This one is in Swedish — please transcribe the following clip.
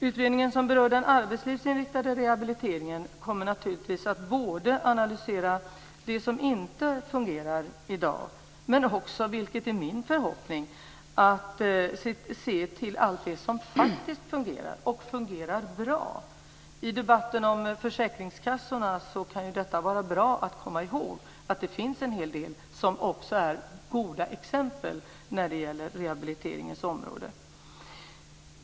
Utredningen som berör den arbetslivsinriktade rehabiliteringen kommer naturligtvis att både analysera det som inte fungerar i dag och, vilket är min förhoppning, även se till allt det som faktiskt fungerar, och som fungerar bra. I debatten om försäkringskassorna kan det vara bra att komma i håg det här - att det finns en hel del goda exempel också på rehabiliteringens område.